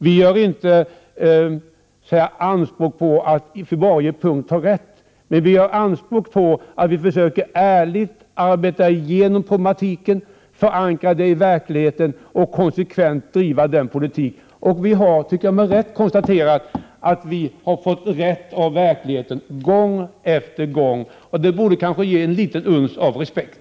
Vi gör inte anspråk på att på varje punkt få rätt, men vi gör anspråk på att ärligt arbeta igenom problematiken, förankra den i verkligheten och konsekvent driva den. Vi kan enligt min mening konstatera att vi har fått rätt av verkligheten gång på gång. Det borde kanske ge ett litet uns av respekt.